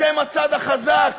אתם הצד החזק,